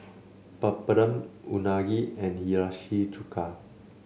Papadum Unagi and Hiyashi Chuka